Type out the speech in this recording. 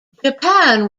japan